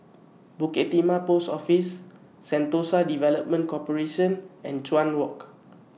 Bukit Timah Post Office Sentosa Development Corporation and Chuan Walk